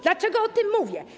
Dlaczego o tym mówię?